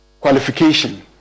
qualification